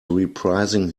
reprising